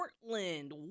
Portland